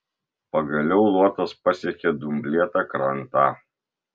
pagaliau luotas pasiekė dumblėtą krantą